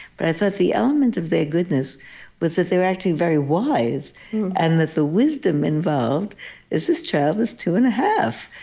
but i thought the element of their goodness was that they're acting very wise and that the wisdom involved is this child is two and a half.